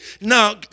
Now